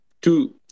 two